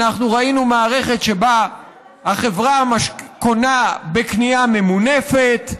ראינו מערכת שבה החברה קונה בקנייה ממונפת,